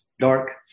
dark